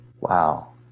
Wow